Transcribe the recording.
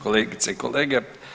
Kolegice i kolege.